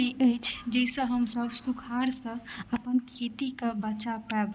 हमरा सबके बोरिंग सब सेहो नहि अछि जाहिसॅं हमसब सुखाड़ सॅं अपन खेती के बचा पायब